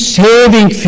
saving